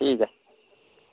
ठीक ऐ